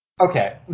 Okay